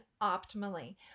optimally